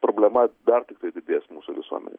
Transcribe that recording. problema dar didės mūsų visuomenėj